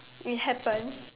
it happened